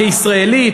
כישראלית,